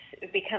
become